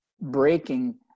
breaking